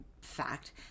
fact